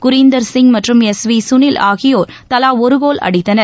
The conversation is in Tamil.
குரீந்தர் சிங் மற்றும் எஸ் வி சுனில் ஆகியோர் தலா ஒரு கோல் அடித்தனர்